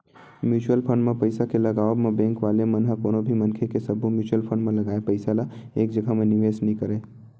mutual fund म पइसा के लगावब म बेंक वाले मन ह कोनो भी मनखे के सब्बो म्युचुअल फंड म लगाए पइसा ल एक जघा म निवेस नइ करय